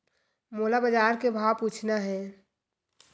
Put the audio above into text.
मोला बजार के भाव पूछना हे?